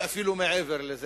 ואפילו מעבר לזה,